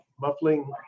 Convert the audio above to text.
Muffling